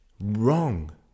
Wrong